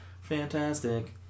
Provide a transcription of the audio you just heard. fantastic